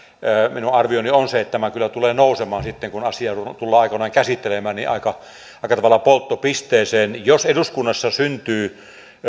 minun arvioni on se että tämä kyllä tulee nousemaan sitten kun asia tullaan aikanaan käsittelemään aika aika tavalla polttopisteeseen jos eduskunnassa syntyy